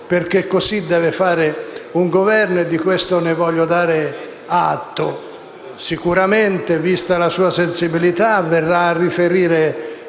perché così deve fare un Governo e di questo ne voglio dare atto. Sicuramente, vista la sua sensibilità, verrà a riferire